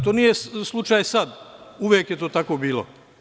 To nije slučaj sad, uvek je to tako bilo.